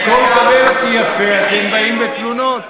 במקום לקבל אותי יפה, אתם באים בתלונות.